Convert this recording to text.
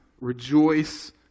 rejoice